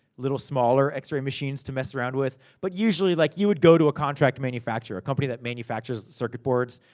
little smaller, x-ray machines to mess around with. but, usually, like you would go to a contract manufacturer. a company that manufactures circuit boards.